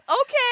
Okay